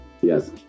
Yes